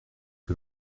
que